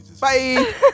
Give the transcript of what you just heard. Bye